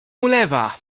ulewa